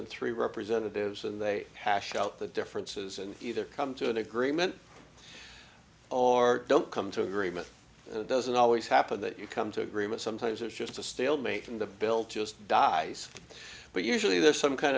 and three representatives and they hash out the differences and either come to an agreement or don't come to agreement it doesn't always happen that you come to agreement sometimes it's just a stalemate and the bill just dies but usually there's some kind